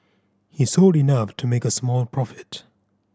he sold enough to make a small profit